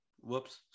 Whoops